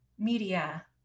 media